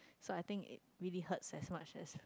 so I think it really hurts as much as